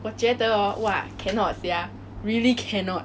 我觉得 hor !wah! cannot sia really cannot